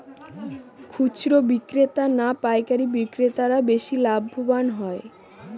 খুচরো বিক্রেতা না পাইকারী বিক্রেতারা বেশি লাভবান হয়?